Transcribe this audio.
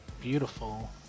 beautiful